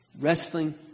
Wrestling